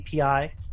API